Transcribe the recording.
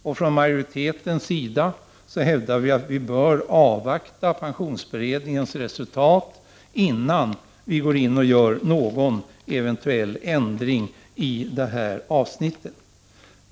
Utskottsmajoriteten hävdar att vi bör avvakta pensionsberedningens resultat, innan vi går in och gör någon eventuell ändring i det här avsnittet.